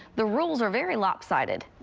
the rules are very lopsided.